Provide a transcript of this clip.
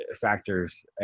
factors